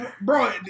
bro